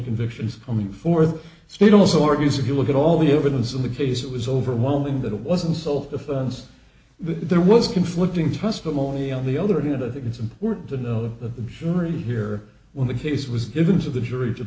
convictions coming for the state also argues if you look at all the evidence in the case it was overwhelming that it wasn't self defense that there was conflicting testimony on the other unit it's important to know that the jury here when the case was given to the jury to